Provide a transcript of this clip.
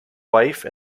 wife